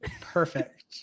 Perfect